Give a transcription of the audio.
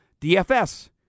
DFS